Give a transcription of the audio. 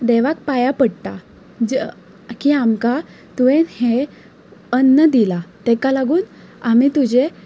देवाक पायां पडटा जें की आमकां तुवेंन हें अन्न दिलां तेका लागून आमे तुजे